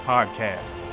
Podcast